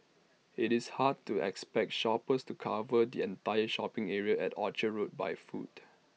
IT is hard to expect shoppers to cover the entire shopping area at Orchard road by foot